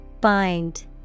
Bind